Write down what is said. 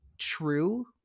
true